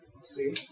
See